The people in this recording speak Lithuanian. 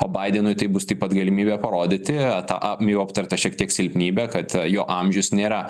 o baidenui tai bus taip pat galimybė parodyti tą jau aptartą šiek tiek silpnybę kad jo amžius nėra